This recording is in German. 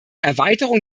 erweiterung